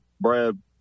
Brad